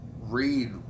read